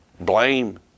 blame